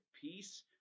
Peace